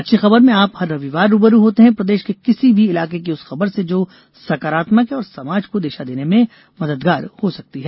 अच्छी खबर में आप हर रविवार रू ब रू होते हैं प्रदेश के किसी भी इलाके की उस खबर से जो सकारात्मक है और समाज को दिशा देने में मददगार हो सकती है